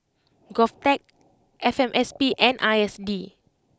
Govtech F M S P and I S D